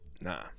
nah